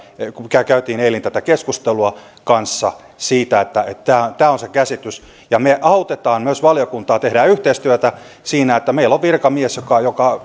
kanssa käytiin eilen tätä keskustelua siitä että että tämä on se käsitys ja me autamme myös valiokuntaa tehdään yhteistyötä siinä että meillä on virkamies joka